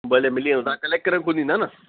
भले मिली वेंदो तव्हां कलेक्ट करण खुदि ईंदा न